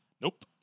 Nope